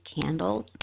candles